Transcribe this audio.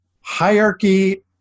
hierarchy